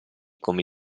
come